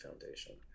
foundation